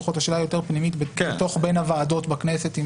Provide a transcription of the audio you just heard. השאלה היא יותר פנימית בין הוועדות בכנסת,